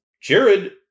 Jared –